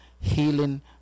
healing